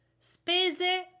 spese